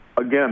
Again